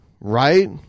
right